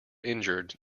injured